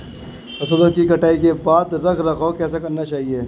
फसलों की कटाई के बाद रख रखाव कैसे करना चाहिये?